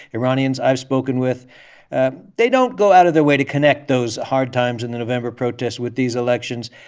iranians i've spoken with they don't go out of their way to connect those hard times in the november protests with these elections.